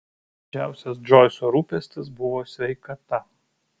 didžiausias džoiso rūpestis buvo sveikata